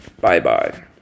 Bye-bye